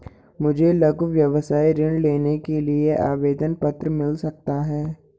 मुझे लघु व्यवसाय ऋण लेने के लिए आवेदन पत्र मिल सकता है?